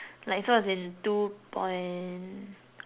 like so it's in two point